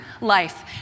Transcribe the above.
Life